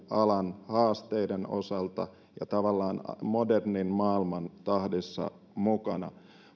alan haasteiden osalta ja tavallaan modernin maailman tahdissa mukana